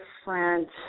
different